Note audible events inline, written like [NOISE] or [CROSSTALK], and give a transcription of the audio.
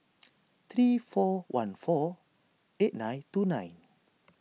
[NOISE] three four one four eight nine two nine